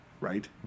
Right